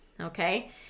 okay